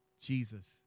Jesus